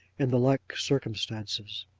in the like circumstances.